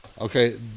Okay